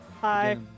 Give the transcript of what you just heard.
Hi